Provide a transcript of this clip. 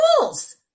rules